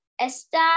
Esta